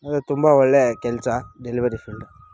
ಅದೇ ತುಂಬ ಒಳ್ಳೆಯ ಕೆಲಸ ಡೆಲವರಿ ಫೀಲ್ಡು